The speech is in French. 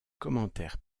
commentaire